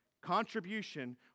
Contribution